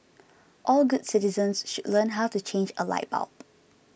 all good citizens should learn how to change a light bulb